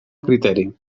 criteri